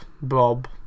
Bob